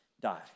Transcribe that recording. die